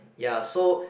ya so